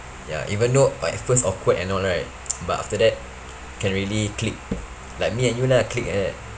ya even though uh at first awkward and all right but after that can really click like me and you lah click like that